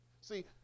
See